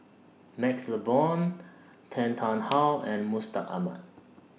MaxLe Blond Tan Tarn How and Mustaq Ahmad